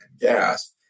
gas